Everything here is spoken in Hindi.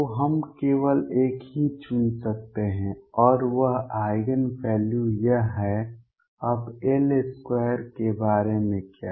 तो हम केवल एक ही चुन सकते हैं और वह आइगेन वैल्यू यह है अब L2 के बारे में क्या